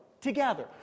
together